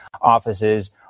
offices